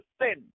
sin